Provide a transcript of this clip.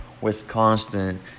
Wisconsin